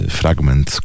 fragment